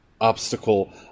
obstacle